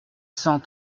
cent